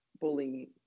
bullying